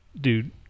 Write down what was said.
dude